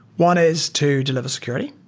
one is to deliver security,